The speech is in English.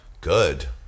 Good